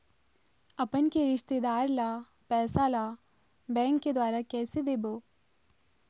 अपन के रिश्तेदार ला पैसा ला बैंक के द्वारा कैसे देबो?